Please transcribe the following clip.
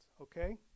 okay